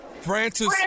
Francis